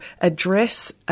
address